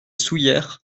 soullieres